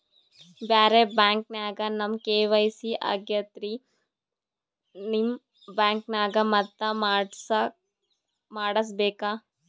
ಬ್ಯಾರೆ ಬ್ಯಾಂಕ ನ್ಯಾಗ ನಮ್ ಕೆ.ವೈ.ಸಿ ಆಗೈತ್ರಿ ನಿಮ್ ಬ್ಯಾಂಕನಾಗ ಮತ್ತ ಮಾಡಸ್ ಬೇಕ?